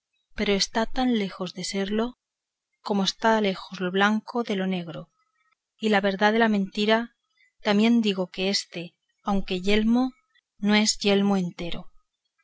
pero está tan lejos de serlo como está lejos lo blanco de lo negro y la verdad de la mentira también digo que éste aunque es yelmo no es yelmo entero